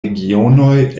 regionoj